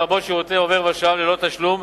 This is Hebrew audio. לרבות שירותי עובר ושב ללא תשלום,